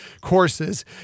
courses